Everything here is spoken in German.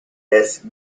des